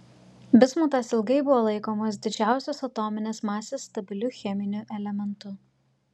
bismutas ilgai buvo laikomas didžiausios atominės masės stabiliu cheminiu elementu